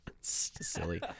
silly